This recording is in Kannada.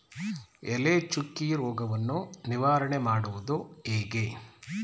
ಎಲೆ ಚುಕ್ಕಿ ರೋಗವನ್ನು ನಿವಾರಣೆ ಮಾಡುವುದು ಹೇಗೆ?